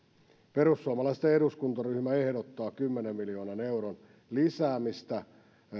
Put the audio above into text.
perussuomalaisten eduskuntaryhmä ehdottaa kymmenen miljoonan euron lisäämistä